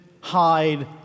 hide